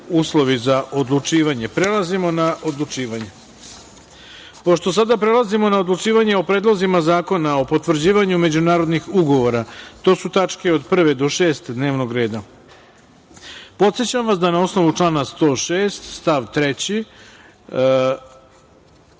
uslovi za odlučivanje. Prelazimo na odlučivanje. Pošto prelazimo na odlučivanje o predlozima zakona o potvrđivanju međunarodnih ugovora (tačke od 1. do 6. dnevnog reda), podsećam vas da, na osnovu člana 105. stav 3.